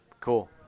Cool